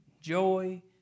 joy